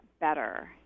better